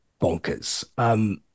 bonkers